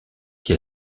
qui